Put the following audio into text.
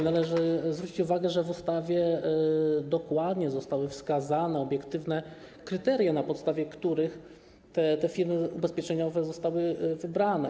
Należy zwrócić uwagę, że w ustawie dokładnie zostały wskazane obiektywne kryteria, na podstawie których te firmy ubezpieczeniowe zostały wybrane.